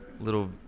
little